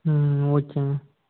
ம் ஓகேங்க